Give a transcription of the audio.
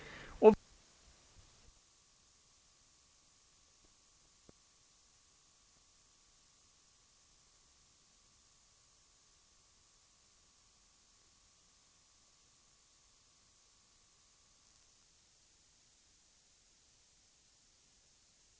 Vi har utomordentligt svårt att fatta varför det skulle vara så orimligt att riksgäldskontoret inlemmade denna typ av lån i sin arsenal av olika lånekonstruktioner. Herr talman! Med det anförda yrkar jag bifall till den vid utlåtandet fogade reservationen.